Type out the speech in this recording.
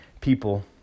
people